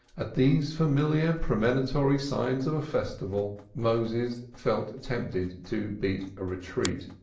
at these familiar premonitory signs of a festival, moses felt tempted to beat a retreat.